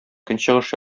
көнчыгыш